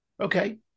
okay